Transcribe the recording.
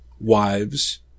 wives